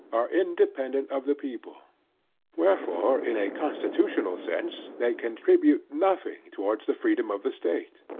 are independent of the people wherefore in a constitutional sense they contribute nothing towards the freedom of the state.